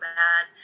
bad